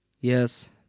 Yes